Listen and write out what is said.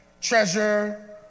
treasure